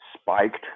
spiked